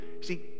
see